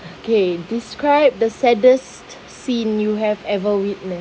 okay describe the saddest scene you have ever witnessed